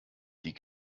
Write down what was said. die